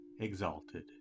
exalted